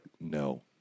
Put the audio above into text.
No